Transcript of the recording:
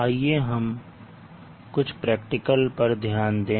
आइए हम कुछ प्रैक्टिकल्स पर ध्यान दें